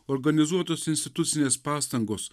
organizuotos institucinės pastangos